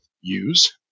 use